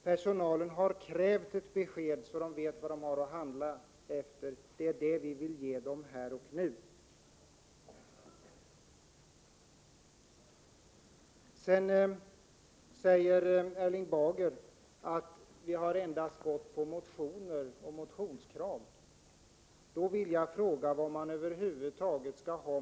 Personalen måste få ett besked för att man skall veta vad man har att rätta sig efter, och det är vad vi vill ge personalen här och nu. Sedan säger Erling Bager att vi endast har gått på motioner och motionskrav utan vidare utredningar.